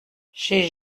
chez